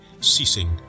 ceasing